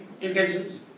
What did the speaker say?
intentions